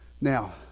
Now